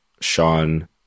Sean